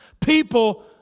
people